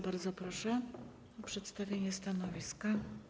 Bardzo proszę o przedstawienie stanowiska.